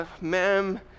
Ma'am